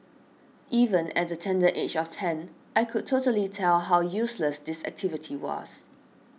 even at the tender age of ten I could totally tell how useless this activity was